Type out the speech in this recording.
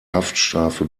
haftstrafe